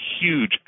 huge